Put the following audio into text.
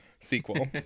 sequel